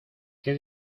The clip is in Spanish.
qué